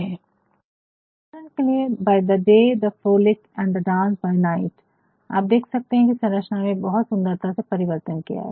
उदाहरण के लिए by the day the frolic and the dance by night by the day the frolic and the dance by night आप देख सकते है की संरचना में बहुत सुंदरता से परिवर्तन किया गया है